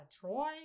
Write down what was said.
Troy